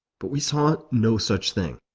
but we saw no such thing.